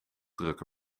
drukke